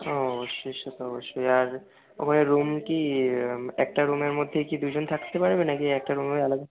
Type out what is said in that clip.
ওহ সে সে তো অবশ্যই আর ওখানে রুম কি একটা রুমের মধ্যেই কি দুজন থাকতে পারবে নাকি একটা রুমে আলাদা